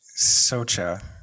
socha